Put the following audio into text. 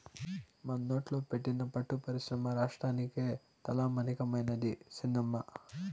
మనోట్ల పెట్టిన పట్టు పరిశ్రమ రాష్ట్రానికే తలమానికమైనాది సినమ్మా